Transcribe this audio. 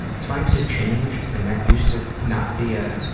time's have changed, and that used to not be a,